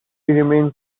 remains